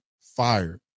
fired